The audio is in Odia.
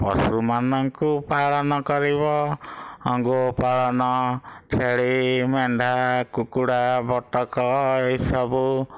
ପଶୁମାନଙ୍କୁ ପାଳନ କରିବ ଗୋ ପାଳନ ଛେଳି ମେଣ୍ଢା କୁକୁଡ଼ା ବତକ ଏଇ ସବୁ